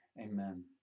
amen